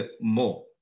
more